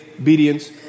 obedience